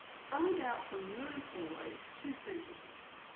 find out from your employees two things.